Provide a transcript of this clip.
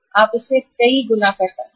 आप इसे कई गुना कर सकते हैं